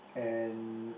and